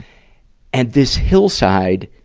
and this hillside,